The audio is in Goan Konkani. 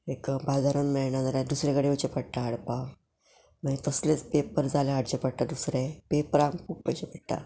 एक बाजारून मेळना जाल्यार दुसरे कडेन वयचें पडटा हाडपाक मागीर तसलेंच पेपर जालें हाडचें पडटा दुसरें पेपर आमकां खूब वचचें पडटा